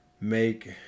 make